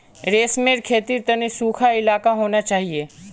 रेशमेर खेतीर तने सुखा इलाका होना चाहिए